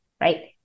right